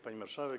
Pani Marszałek!